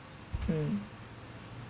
mm